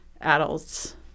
adults